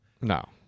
No